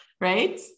right